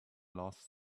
last